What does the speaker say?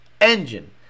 engine